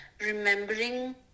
remembering